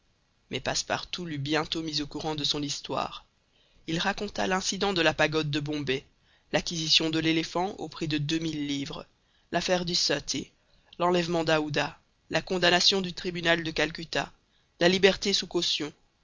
mais passepartout l'eut bientôt mis au courant de son histoire il raconta l'incident de la pagode de bombay l'acquisition de l'éléphant au prix de deux mille livres l'affaire du sutty l'enlèvement d'aouda la condamnation du tribunal de calcutta la liberté sous caution